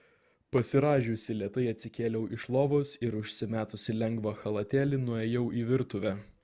pasirąžiusi lėtai atsikėliau iš lovos ir užsimetusi lengvą chalatėlį nuėjau į virtuvę